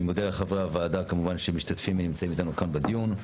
אני מודה לחברי הוועדה כמובן שמשתתפים ונמצאים איתנו כאן בדיון.